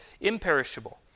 imperishable